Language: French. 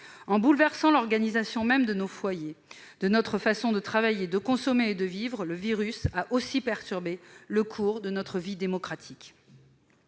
En bouleversant l'organisation même de nos foyers, de notre manière de travailler, de consommer et de vivre, le virus a aussi perturbé le cours de notre vie démocratique.